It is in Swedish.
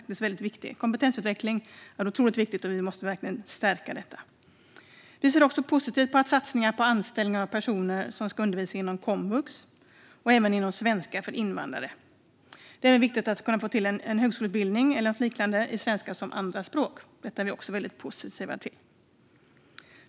Kompetensutveckling är otroligt viktigt, och vi måste verkligen stärka möjligheten till detta. Vi ser också positivt på satsningar med anställning av personer som ska undervisa inom komvux och i svenska för invandrare. Det är även viktigt att kunna få till en högskoleutbildning eller något liknande i svenska som andraspråk. Det är vi väldigt positiva till.